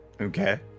Okay